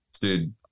dude